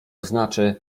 znaczy